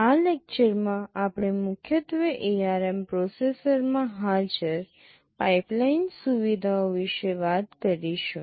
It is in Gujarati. આ લેક્ચરમાં આપણે મુખ્યત્વે ARM પ્રોસેસરમાં હાજર પાઇપલાઇન સુવિધાઓ વિશે વાત કરીશું